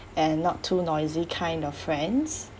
and not too noisy kind of friends